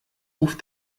ruf